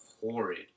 horrid